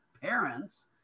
parents